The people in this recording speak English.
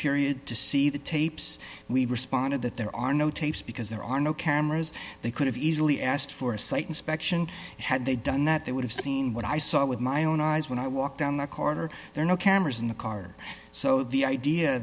period to see the tapes we responded that there are no tapes because there are no cameras they could have easily asked for a site inspection had they done that they would have seen what i saw with my own eyes when i walk down the corridor there are no cameras in the car so the idea